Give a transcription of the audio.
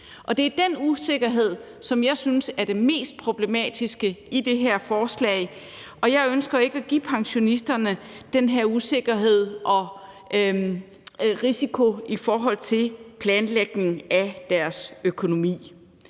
det er den usikkerhed, som jeg synes er det mest problematiske i det her forslag, og jeg ønsker ikke at give pensionisterne den her usikkerhed og risiko i forhold til planlægningen af deres økonomi.